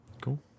cool